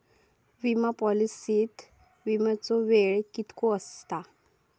विमा पॉलिसीत विमाचो वेळ कीतको आसता?